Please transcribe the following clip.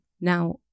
Now